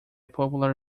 popular